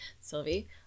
sylvie